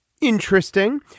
interesting